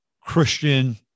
Christian